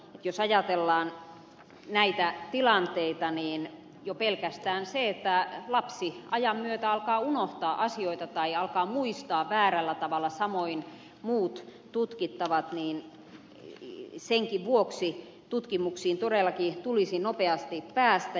jos ajatellaan näitä tilanteita niin jo pelkästään sen vuoksi että lapsi ajan myötä alkaa unohtaa asioita tai alkaa muistaa väärällä tavalla samoin muut tutkittavat tutkimuksiin todellakin tulisi nopeasti päästä